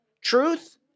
truth